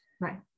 Right